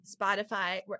Spotify